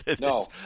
No